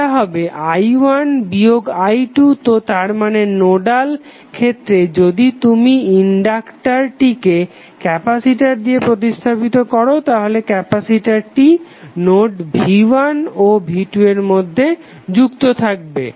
সেটা হবে i1 বিয়োগ i2 তো তারমানে নোডাল ক্ষেত্রে যদি তুমি ইনডাক্টারটিকে ক্যাপাসিটর দিয়ে প্রতিস্থাপিত করো তাহলে ক্যাপাসিটরটি নোড v1 ও v2 এর মধ্যে যুক্ত থাকবে